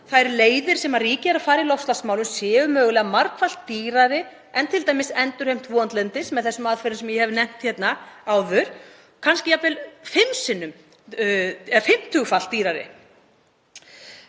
að þær leiðir sem ríkið er að fara í loftslagsmálum séu mögulega margfalt dýrari en t.d. endurheimt votlendis með þeim aðferðum sem ég hef nefnt hér, kannski jafnvel fimmtugfalt dýrari.